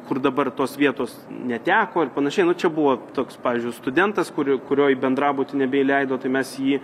kur dabar tos vietos neteko ir panašiai nu čia buvo toks pavyzdžiui studentas kurio kurio į bendrabutį nebeįleido tai mes jį